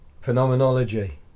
phenomenology